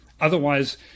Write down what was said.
Otherwise